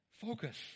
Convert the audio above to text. Focus